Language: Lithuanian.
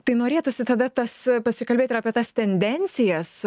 tai norėtųsi tada tas pasikalbėt ir apie tas tendencijas